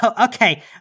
okay